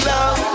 Love